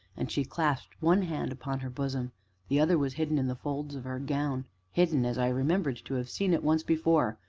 and she clasped one hand upon her bosom the other was hidden in the folds of her gown hidden as i remembered to have seen it once before,